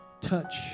Touch